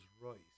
Royce